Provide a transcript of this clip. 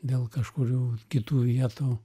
dėl kažkurių kitų vietų